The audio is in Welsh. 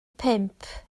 pump